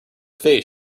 face